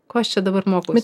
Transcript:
ko aš čia dabar mokausi